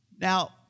Now